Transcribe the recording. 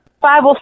Five